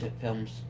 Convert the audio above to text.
films